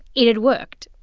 it had worked.